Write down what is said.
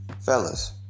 fellas